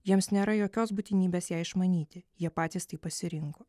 jiems nėra jokios būtinybės ją išmanyti jie patys taip pasirinko